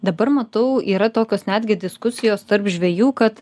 dabar matau yra tokios netgi diskusijos tarp žvejų kad